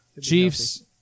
Chiefs